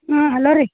ಹ್ಞೂ ಹಲೋ ರೀ